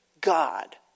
God